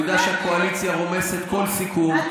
הוא ידע שהקואליציה רומסת כל סיכום.